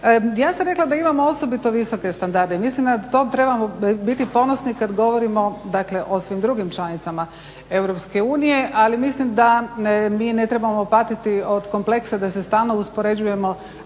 Ja sam rekla da imamo osobito visoke standarde. Mislim da na to trebamo biti ponosni kad govorimo dakle o svim drugim članicama EU, ali mislim da mi ne trebamo patiti od kompleksa da se stalno uspoređujemo